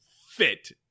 fit